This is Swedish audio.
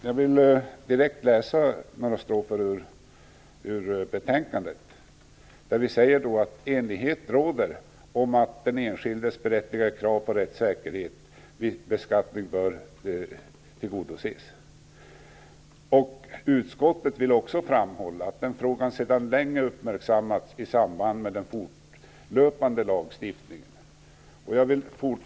Fru talman! Jag vill läsa några strofer direkt ur betänkandet: "Enighet råder om att den enskildes berättigade krav på rättssäkerhet vid beskattningen bör tillgodoses. Utskottet vill framhålla att denna fråga sedan länge har uppmärksammats i samband med det fortlöpande lagstiftningsarbetet på skatteområdet ---."